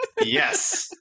Yes